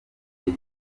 gihe